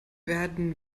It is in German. werden